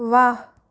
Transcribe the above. वाह